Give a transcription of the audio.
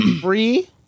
free